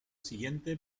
siguiente